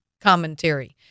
commentary